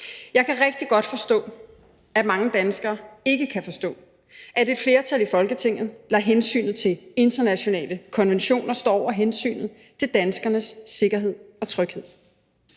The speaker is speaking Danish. Jeg kan rigtig godt forstå, at mange danskere ikke kan forstå, at et flertal i Folketinget lader hensynet til internationale konventioner stå over hensynet til danskernes sikkerhed og tryghed.